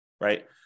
right